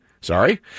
Sorry